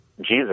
Jesus